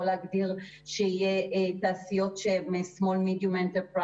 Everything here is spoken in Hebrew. להגדיר שיהיו תעשיות שהן small medium enterprises,